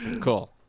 Cool